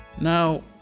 Now